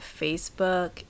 Facebook